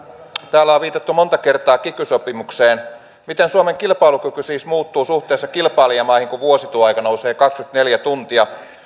täällä on viitattu monta kertaa kiky sopimukseen miten suomen kilpailukyky siis muuttuu suhteessa kilpailijamaihin kun vuosityöaika nousee kaksikymmentäneljä tuntia